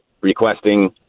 requesting